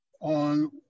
on